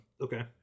Okay